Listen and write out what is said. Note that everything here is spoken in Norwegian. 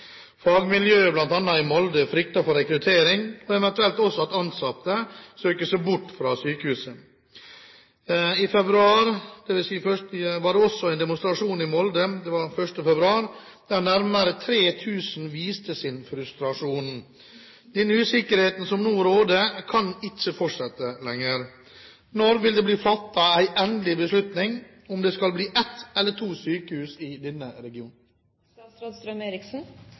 Fagmiljøet bl.a. i Molde frykter for rekrutteringen og eventuelt også at ansatte søker seg bort fra sykehuset. 1. februar var det også en demonstrasjon i Molde der nærmere 3 000 viste sin frustrasjon. Denne usikkerheten som nå råder, kan ikke fortsette lenger. Når vil det bli fattet en endelig beslutning om det skal bli ett eller to sykehus i denne